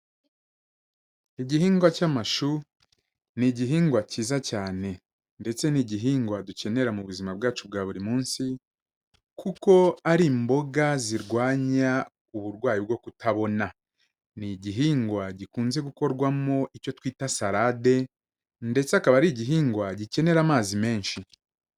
Igihingwa cy'amashu ni igihingwa kiza cyane ndetse n'igihingwa dukenera mu buzima bwacu bwa buri munsi kuko ari imboga zirwanya uburwayi bwo kutabona, ni igihingwa gikunze gukorwamo icyo twita sarade ndetse akaba ari igihingwa gikenera amazi menshi.